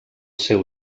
seu